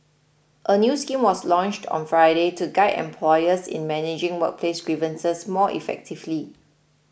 a new scheme was launched on Friday to guide employers in managing workplace grievances more effectively